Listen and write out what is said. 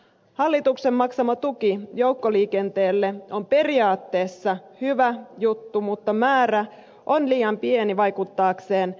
hallituksen maksama tuki joukkoliikenteelle on periaatteessa hyvä juttu mutta määrä on liian pieni vaikuttaakseen merkittävästi